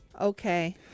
Okay